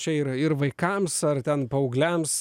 čia yra ir vaikams ar ten paaugliams